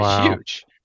huge